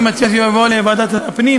אני מציע שהוא יעבור לוועדת הפנים,